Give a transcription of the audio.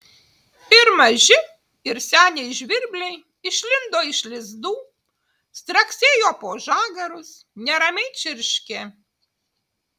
ir maži ir seniai žvirbliai išlindo iš lizdų straksėjo po žagarus neramiai čirškė